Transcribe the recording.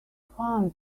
fans